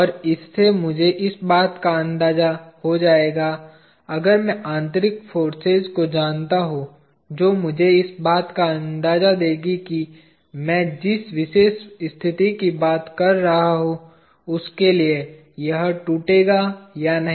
और इससे मुझे इस बात का अंदाजा हो जाएगा अगर मैं आंतरिक फोर्सेज को जानता हूं जो मुझे इस बात का अंदाजा देंगी कि मैं जिस विशेष स्थिति की बात कर रहा हूं उसके लिए यह टूटेगा या नहीं